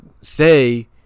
say